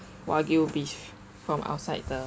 wagyu beef from outside the